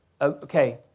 Okay